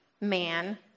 man